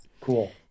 Cool